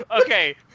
Okay